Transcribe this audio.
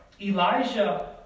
Elijah